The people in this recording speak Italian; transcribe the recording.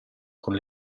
con